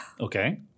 Okay